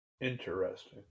Interesting